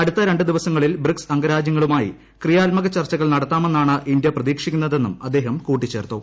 അടുത്ത രണ്ട് ദിവസങ്ങളിൽ ബ്രിക്സ് അംഗരാജ്യങ്ങളുമായി ക്രിയാത്മക ചർച്ചകൾ നടത്താമെന്നാണ് ഇന്ത്യ പ്രതീക്ഷിക്കുന്നതെന്നും അദ്ദേഹം കൂട്ടിച്ചേർത്തു